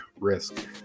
risk